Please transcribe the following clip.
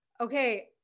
okay